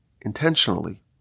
intentionally